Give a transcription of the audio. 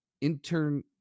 intern